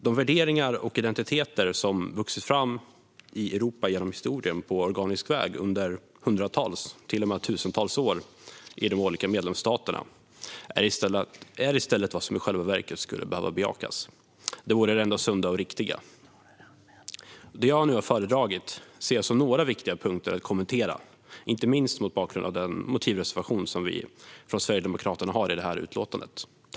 De värderingar och identiteter som på organisk väg vuxit fram i Europa genom historien under hundratals, till och med tusentals, år i de olika medlemsstaterna är i stället vad som i själva verket skulle behöva bejakas. Det vore det enda sunda och riktiga. Det jag nu har föredragit ser jag som några viktiga punkter att kommentera, inte minst mot bakgrund av den motivreservation som Sverigedemokraterna har i utlåtandet.